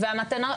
והמתנות,